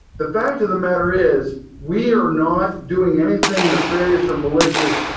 the fact of the matter is, we are not doing anything nefarious or malicious,